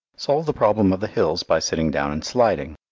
solved the problem of the hills by sitting down and sliding.